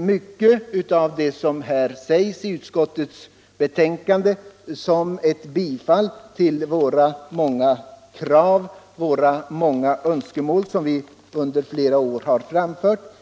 mycket av det som sägs i utskottets betänkande som ett bifall till en rad krav och önskemål som vi under flera år har framfört.